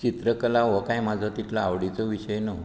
चित्र कला हो कांय म्हजो तितलो आवडीचो विशय नू